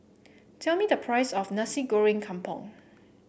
tell me the price of Nasi Goreng Kampung